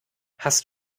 hast